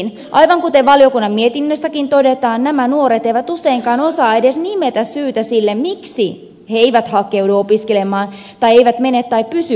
aivan kuten valiokunnan mietinnössäkin todetaan nämä nuoret eivät useinkaan osaa edes nimetä syytä sille miksi he eivät hakeudu opiskelemaan tai eivät mene tai pysy opiskelemassa